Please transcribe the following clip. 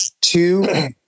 two